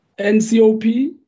NCOP